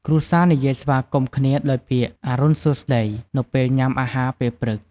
គ្រួសារនិយាយស្វាគមន៍គ្នាដោយពាក្យ "អរុណសួស្តី" នៅពេលញុំាអាហារពេលព្រឹក។